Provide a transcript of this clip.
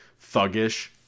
thuggish